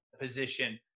position